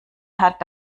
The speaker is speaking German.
hat